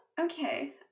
Okay